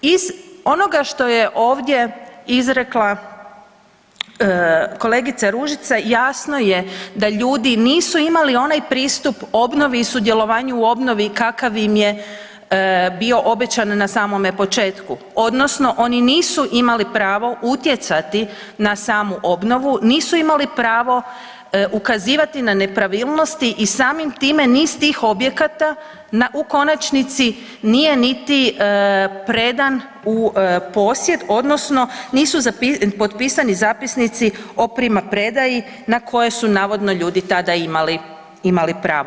Iz onoga što je ovdje izrekla kolegica Ružica jasno je da ljudi nisu imali onaj pristup obnovi i sudjelovanju u obnovi kakav im je bio obećan na samome početku odnosno oni nisu imali pravo utjecati na samu obnovu, nisu imali pravo ukazivati na nepravilnosti i samim time niz tih objekata u konačnici nije niti predan u posjed odnosno nisu potpisani zapisnici o primopredaji na koje su navodno ljudi tada imali pravo.